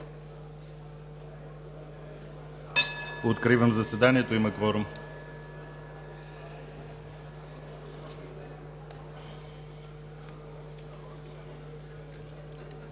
Откривам заседанието, има кворум.